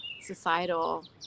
societal